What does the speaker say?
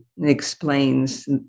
explains